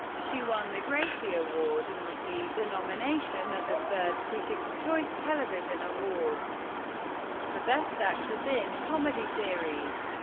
she won the gracie award and received a nomination at the third critics' choice television awards for best actress in a comedy series.